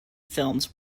films